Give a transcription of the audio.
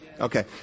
Okay